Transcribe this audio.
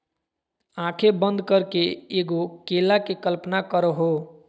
आँखें बंद करके एगो केला के कल्पना करहो